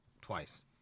twice